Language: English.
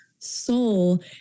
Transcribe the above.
Soul